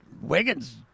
Wiggins